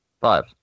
five